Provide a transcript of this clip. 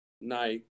night